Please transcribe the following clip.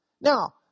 Now